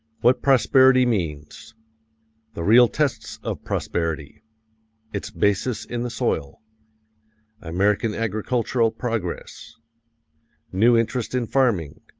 what prosperity means the real tests of prosperity its basis in the soil american agricultural progress new interest in farming